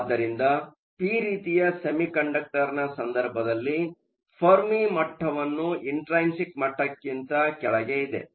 ಆದ್ದರಿಂದ ಪಿ ರೀತಿಯ ಸೆಮಿಕಂಡಕ್ಟರ್ನ ಸಂದರ್ಭದಲ್ಲಿ ಫೆರ್ಮಿ ಮಟ್ಟವನ್ನು ಇಂಟ್ರೈನ್ಸಿಕ್ ಮಟ್ಟಕ್ಕಿಂತ ಕೆಳಗೆ ಇದೆ